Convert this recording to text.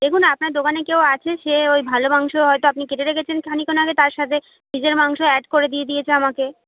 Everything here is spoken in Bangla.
দেখুন আপনার দোকানে কেউ আছে সে ওই ভালো মাংস হয়তো আপনি কেটে রেখেছেন খানিকক্ষণ আগে তার সাথে ফ্রিজের মাংস অ্যাড করে দিয়ে দিয়েছে আমাকে